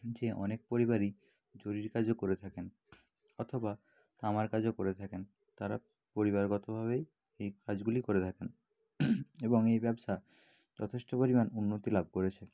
যে অনেক পরিবারই জরির কাজও করে থাকেন অথবা তামার কাজও করে থাকেন তারা পরিবারগতভাবেই এই কাজগুলি করে থাকেন এবং এই ব্যবসা যথেষ্ট পরিমাণ উন্নতি লাভ করেছে